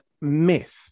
myth